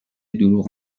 دروغ